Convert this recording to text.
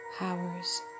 hours